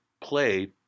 play